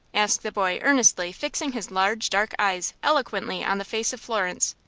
asked the boy, earnestly, fixing his large, dark eyes eloquently on the face of florence.